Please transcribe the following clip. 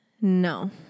No